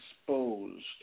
exposed